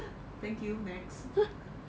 thank you next